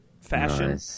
fashion